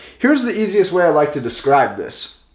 here's the easiest way i like to describe this.